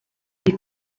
des